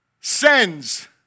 sends